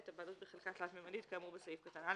(ב)הבעלות בחלקה תלת־ממדית כאמור בסעיף קטן (א),